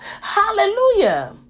hallelujah